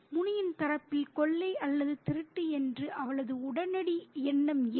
முனியின் தரப்பில் கொள்ளை அல்லது திருட்டு என்று அவளது உடனடி எண்ணம் ஏன்